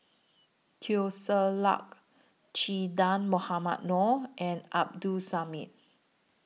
Teo Ser Luck Che Dah Mohamed Noor and Abdul Samad